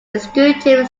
executive